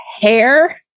hair